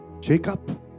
Jacob